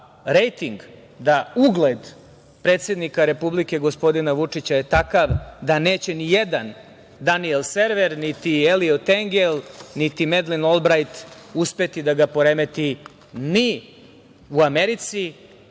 da ugled predsednika Republike, gospodina Vučića je takav da neće ni jedan Daniel Server, niti Eliot Engel, niti Medlin Olbrajt uspeti da ga poremeti, ni u Americi,